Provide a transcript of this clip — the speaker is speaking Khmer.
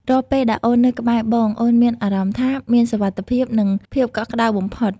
រាល់ពេលដែលអូននៅក្បែរបង អូនមានអារម្មណ៍ថាមានសុវត្ថិភាព និងភាពកក់ក្តៅបំផុត។